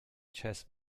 chess